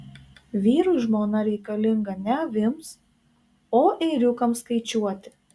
vyrui žmona reikalinga ne avims o ėriukams skaičiuoti